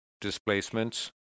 Displacements